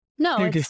No